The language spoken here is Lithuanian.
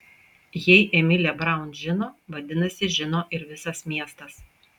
jei emilė braun žino vadinasi žino ir visas miestas